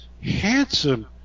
handsome